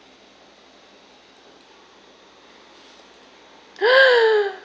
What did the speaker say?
!huh!